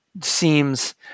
seems